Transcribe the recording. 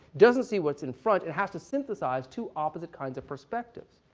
doesn't see what's in front, and has to synthesize to opposite kinds of perspective.